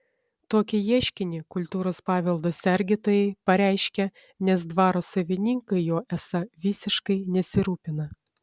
tokį ieškinį kultūros paveldo sergėtojai pareiškė nes dvaro savininkai juo esą visiškai nesirūpina